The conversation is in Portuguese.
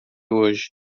hoje